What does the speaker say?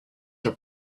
were